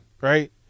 Right